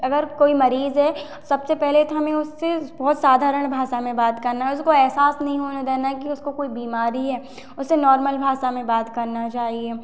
अगर कोई मरीज है सबसे पहले तो हमें उससे बहुत साधारण भाषा में बात करना है उसको एहसास नहीं होने देना है कि उसको कोई बीमारी है उससे नॉर्मल भाषा में बात करना चाहिए